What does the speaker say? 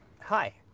Hi